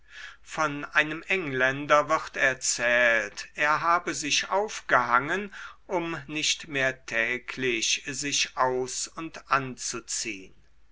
von einem engländer wird erzählt er habe sich aufgehangen um nicht mehr täglich sich aus und anzuziehn